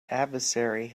adversary